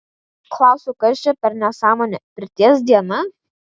klausiu kas čia per nesąmonė pirties diena